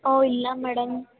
ಓ ಇಲ್ಲ ಮೇಡಮ್